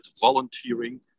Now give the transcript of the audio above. volunteering